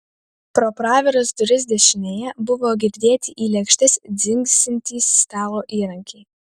pro praviras duris dešinėje buvo girdėti į lėkštes dzingsintys stalo įrankiai